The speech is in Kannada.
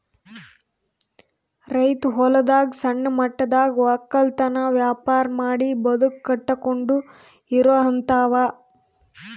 ರೈತ್ ಹೊಲದಾಗ್ ಸಣ್ಣ ಮಟ್ಟದಾಗ್ ವಕ್ಕಲತನ್ ವ್ಯಾಪಾರ್ ಮಾಡಿ ಬದುಕ್ ಕಟ್ಟಕೊಂಡು ಇರೋಹಂತಾವ